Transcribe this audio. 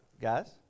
guys